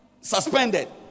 Suspended